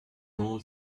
old